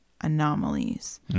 anomalies